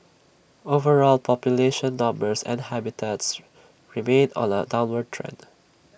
overall population numbers and habitats remain on A downward trend